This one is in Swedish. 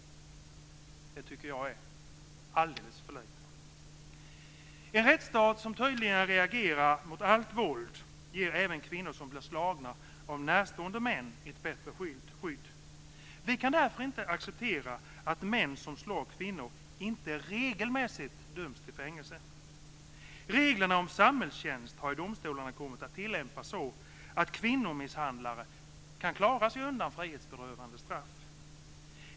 Det tycker jag är alldeles för lite. En rättsstat som tydligt reagerar mot allt våld ger även kvinnor som blir slagna av närstående män ett bättre skydd. Vi kan därför inte acceptera att män som slår kvinnor inte regelmässigt döms till fängelse. Reglerna om samhällstjänst har i domstolarna kommit att tillämpas så att kvinnomisshandlare kan klara sig undan frihetsberövande straff.